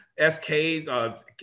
SKs